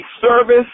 service